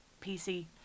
PC